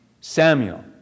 Samuel